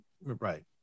right